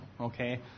okay